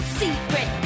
secret